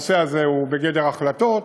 הנושא הזה הוא בגדר החלטות,